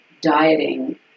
dieting